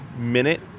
minute